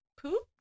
poop